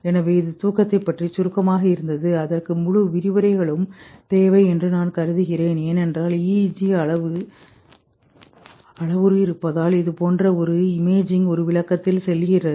எனவே இது தூக்கத்தைப் பற்றி சுருக்கமாக இருந்தது அதற்கு முழு விரிவுரைகளும் தேவை என்று நான் கருதுகிறேன் ஏனென்றால் EEG அளவுரு இருப்பதால் இது போன்ற ஒரு இமேஜிங் ஒரு விளக்கத்தில் செல்கிறது